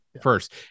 first